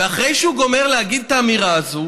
ואחרי שהוא גומר להגיד את האמירה הזאת